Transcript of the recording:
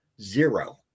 Zero